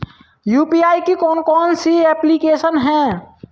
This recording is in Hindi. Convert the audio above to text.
यू.पी.आई की कौन कौन सी एप्लिकेशन हैं?